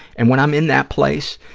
and when i'm in that place,